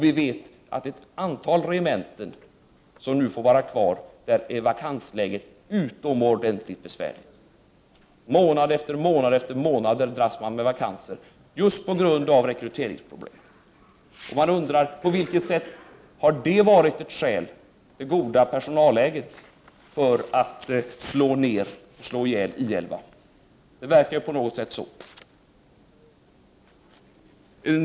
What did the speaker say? Vi vet att vakansläget är utomordentligt besvärligt på ett antal regementen som nu får vara kvar. Månad efter månad dras man med vakanser, på grund av rekryteringsproblem. Jag 95 undrar: På vilket sätt har det goda personalläget påverkat beslutet att slå ihjäl I 11? Det verkar som om det hade varit ett skäl för det.